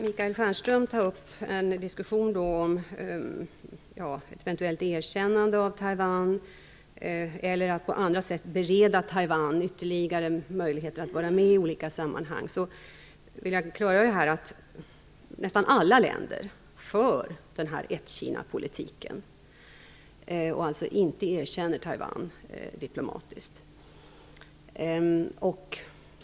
Michael Stjernström tar upp en diskussion om ett eventuellt erkännande av Taiwan eller om att på andra sätt bereda Taiwan ytterligare möjligheter att vara med i olika sammanhang. Jag vill då klargöra att nästan alla länder för den s.k. "ett-Kinapolitiken". De anser inte erkännandet av Taiwan diplomatiskt.